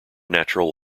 natural